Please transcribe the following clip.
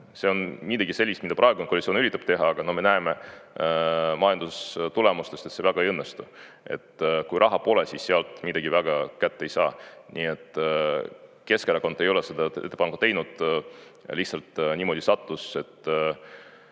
see on midagi sellist, mida praegune koalitsioon üritab teha, aga me näeme majandustulemustest, et see väga ei õnnestu. Kui raha pole, siis sealt midagi väga kätte ei saa. Nii et Keskerakond ei ole seda ettepanekut teinud, lihtsalt niimoodi sattus,